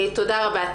תודה רבה.